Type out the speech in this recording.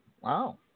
wow